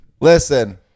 Listen